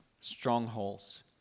strongholds